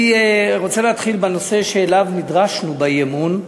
אני רוצה להתחיל בנושא שאליו נדרשנו באי-אמון,